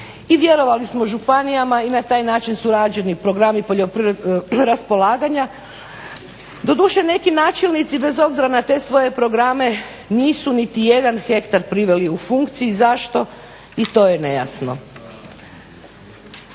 i vjerovali smo županijama i na taj način su rađeni programi poljoprivrednog raspolaganja. Doduše, neki načelnici bez obzira na te svoje programe nisu niti jedan hektar priveli u funkciju. Zašto, i to je nejasno.